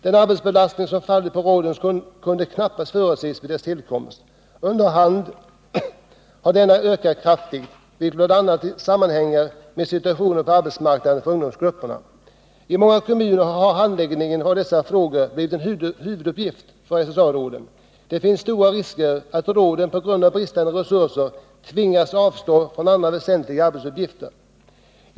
Den arbetsbelastning som fallit på råden kunde knappast förutses vid deras tillkomst. Under hand har denna ökat kraftigt, vilket bl.a. sammanhänger med situationen på arbetsmarknaden för ungdomsgrupper. I många kommuner har handläggningen av dessa frågor blivit en huvuduppgift för SSA-råden. Det finns stora risker att råden på grund av bristande resurser tvingas avstå från andra väsentliga arbetsuppgifter.